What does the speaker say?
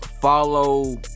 Follow